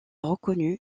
reconnu